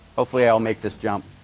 hopefully i'll make this jump.